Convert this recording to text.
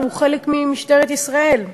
הוא חלק ממשטרת ישראל.